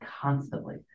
constantly